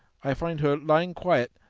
i find her lying quiet,